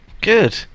Good